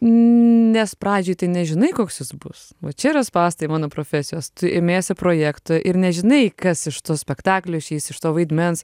nes pradžioj tai nežinai koks jis bus va čia yra spąstai mano profesijos imiesi projekto ir nežinai kas iš to spektaklio išeis iš to vaidmens